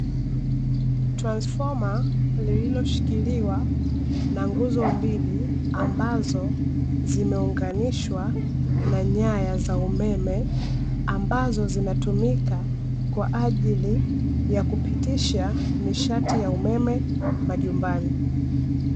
Transfoma lililoshikiliwa na nguzo mbili, ambazo zimeunganishwa na nyaya za umeme ambazo zinatumika kwaajili ya kupitisha nishati ya umeme majumbani